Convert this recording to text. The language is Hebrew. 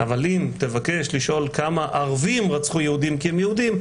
אבל אם תבקש לשאול כמה ערבים רצחו יהודים כי הם יהודים,